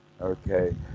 okay